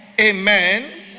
Amen